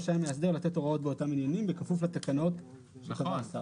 רשאי המאסדר לתת הוראות באותם עניינים בכפוף לתקנות שקבע השר".